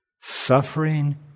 suffering